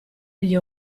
gli